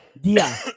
Dia